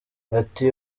ati